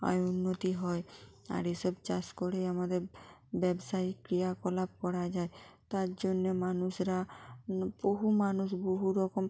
আয় উন্নতি হয় আর এসব চাষ করে আমাদের ব্যবসায়ী ক্রিয়াকলাপ করা যায় তার জন্য মানুষরা বহু মানুষ বহু রকম